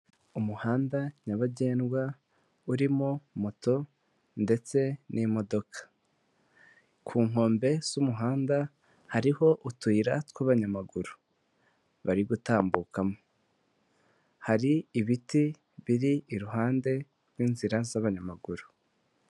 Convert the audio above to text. Umuhanda nyabagendwa urimo moto ndetse n'imodoka, ku nkombe z'umuhanda hariho utuyira tw'abanyamaguru bari gutambukamo, hari ibiti biri iruhande n'inzira z'abanyamaguru.